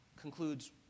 concludes